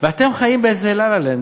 ואתם חיים באיזה "לה-לה-לנד",